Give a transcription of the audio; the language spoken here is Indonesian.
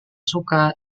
suka